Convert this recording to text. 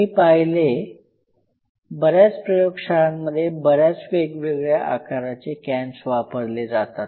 मी पाहिले बऱ्याच प्रयोगशाळांमध्ये बऱ्याच वेगवेगळ्या आकाराचे कॅन्स वापरले जातात